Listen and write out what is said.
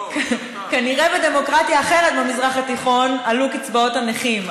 כנראה בדמוקרטיה אחרת במזרח התיכון עלו קצבאות הנכים,